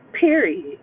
period